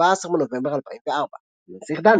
17 בנובמבר 2004. על "הנסיך דני"